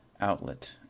outlet